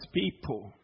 people